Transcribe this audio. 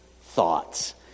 thoughts